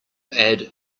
add